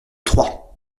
trois